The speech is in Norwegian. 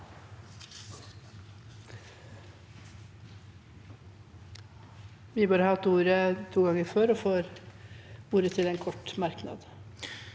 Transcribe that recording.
har hatt ordet to ganger før og får ordet til en kort merknad,